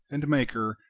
and maker,